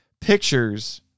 pictures